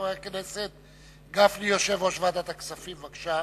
חבר הכנסת משה גפני, יושב-ראש ועדת הכספים, בבקשה.